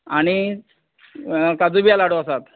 आनी काजू बियां लाडू आसात